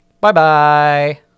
Bye-bye